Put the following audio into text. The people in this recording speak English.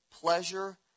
pleasure